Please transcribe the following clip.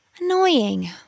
Annoying